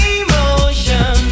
emotion